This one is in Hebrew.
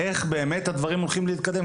איך הדברים הולכים להתקדם.